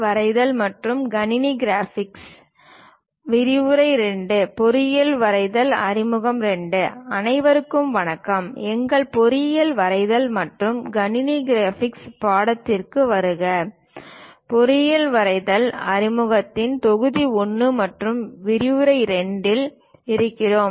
விரிவுரை 02 பொறியியல் வரைதல் அறிமுகம் II அனைவருக்கும் வணக்கம் எங்கள் பொறியியல் வரைதல் மற்றும் கணினி கிராபிக்ஸ் பாடத்திற்கு வருக பொறியியல் வரைதல் அறிமுகத்தில் தொகுதி 1 மற்றும் விரிவுரை 2 இல் இருக்கிறோம்